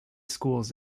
schools